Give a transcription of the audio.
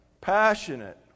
passionate